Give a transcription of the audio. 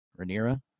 Rhaenyra